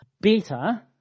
better